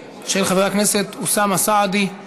הכנסת אוסאמה סעדי הוא